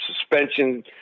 suspension